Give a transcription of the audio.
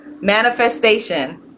manifestation